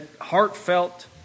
heartfelt